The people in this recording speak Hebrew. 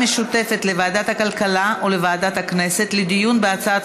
לוועדת הכלכלה ולוועדת הכנסת לדיון בהצעת